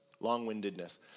long-windedness